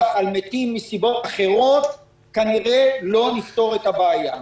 על מתים מסיבות אחרות כנראה לא נפתור את הבעיה.